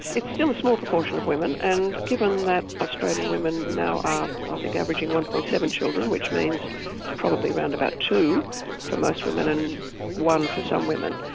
it's still a small proportion of women and given that australian women now are think averaging one. seven children which means probably around about two for most women and one for some women,